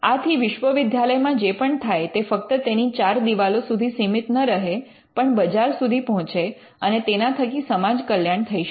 આથી વિશ્વવિદ્યાલયમાં જે પણ થાય તે ફક્ત તેની ચાર દિવાલો સુધી સિમિત ન રહે પણ બજાર સુધી પહોંચે અને તેના થકી સમાજ કલ્યાણ થઈ શકે